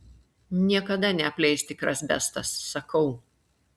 niekada neapleis tikras bestas sakau